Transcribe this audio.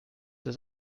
ist